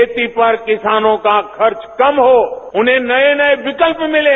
खेती पर किसानों का खर्च कम हो उन्हें नये नये विकल्प मिलें